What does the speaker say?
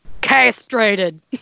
castrated